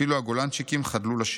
אפילו הגולנצ'יקים חדלו לשיר.